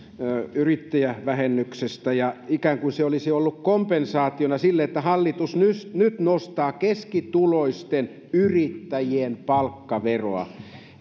yrittäjävähennyksestä ikään kuin se olisi ollut kompensaationa sille että hallitus nyt nyt nostaa keskituloisten yrittäjien palkkaveroa